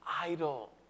idol